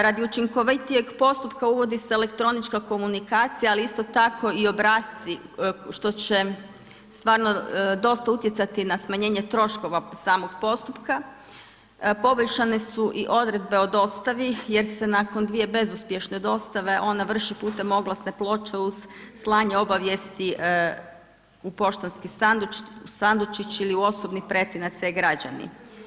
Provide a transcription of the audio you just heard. Radi učinkovitijeg postupka uvodi se elektronička komunikacija ali isto tako i obrasci što će stvarno dosta utjecati na smanjenje troškova samog postupka, poboljšanje su i odredbe o dostavi jer se nakon 2 bezuspješne dostave, ona vrši putem oglasne ploče uz slanje obavijesti u poštanski sandučić ili u osobni pretinac E-građani.